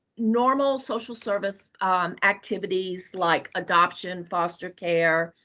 normal social service activities like adoption, foster care.